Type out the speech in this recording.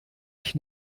ich